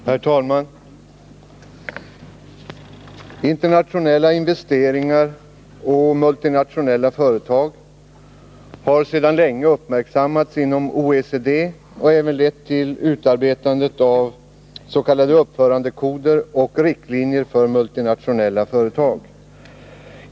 Herr talman! Internationella investeringar och multinationella företag har länge uppmärksammats inom OECD och även lett till utarbetandet av s.k. uppförandekoder och riktlinjer för multinationella företag.